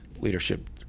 leadership